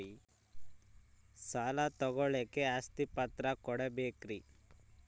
ಸಾಲ ತೋಳಕ್ಕೆ ಆಸ್ತಿ ಪತ್ರ ಕೊಡಬೇಕರಿ?